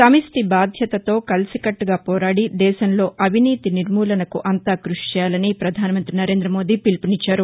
సమిష్టి బాధ్యతతో కలిసికట్లుగా పోరాడి దేశంలో అవినీతి నిర్మూలనకు అంతా క్బషి చేయాలని ను ప్రపధానమంతి నరేంద్ర మోదీ పిలుపునిచ్చారు